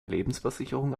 lebensversicherung